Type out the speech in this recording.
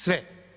Sve.